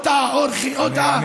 או את, מהתיירים בירכא?